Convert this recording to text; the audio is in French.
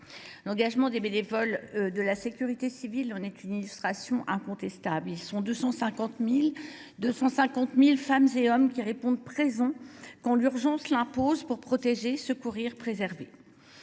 L’engagement des bénévoles de la sécurité civile en est une illustration incontestable. Ils sont 250 000 femmes et hommes à répondre présents quand l’urgence l’impose pour protéger, secourir, préserver.